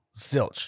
silch